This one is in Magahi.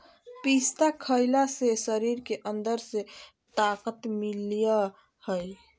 पिस्ता खईला से शरीर के अंदर से ताक़त मिलय हई